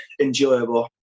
enjoyable